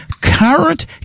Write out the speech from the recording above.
current